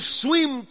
swim